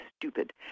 stupid